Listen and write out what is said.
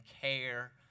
care